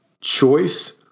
choice